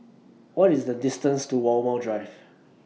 What IS The distance to Walmer Drive